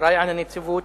האחראי לנציבות,